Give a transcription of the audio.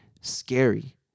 scary